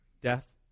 death